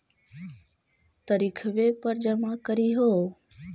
तरिखवे पर जमा करहिओ?